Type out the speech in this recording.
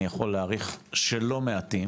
אני יכול להעריך שלא מעטים.